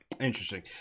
Interesting